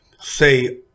say